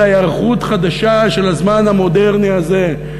אלא היערכות חדשה של הזמן המודרני הזה,